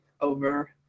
over